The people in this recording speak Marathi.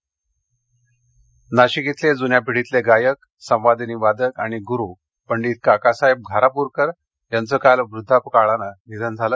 निधन नाशिक नाशिक इथले जुन्या पिढीतील गायक संवादिनी वादक आणि गुरू पंडित काकासाहेब घारापूरकर यांचं काल वृद्धापकाळानं निधन झालं